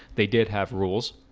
they did have rules